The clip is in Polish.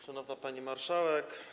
Szanowna Pani Marszałek!